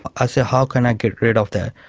i said, how can i get rid of that?